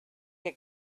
that